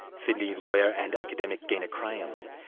sydney lawyer and academic, ghena krayem.